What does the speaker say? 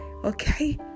okay